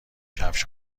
کفش